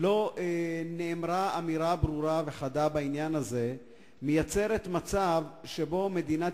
לא נאמרה אמירה ברורה וחדה בעניין הזה מייצרת מצב שבו מדינת